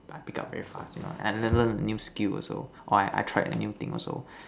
I pick up very fast you know and learn new skill also or I I try new thing also